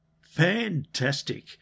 Fantastic